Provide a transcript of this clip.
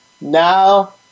now